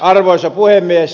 arvoisa puhemies